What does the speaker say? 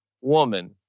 woman